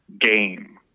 game